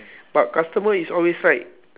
but customer is always right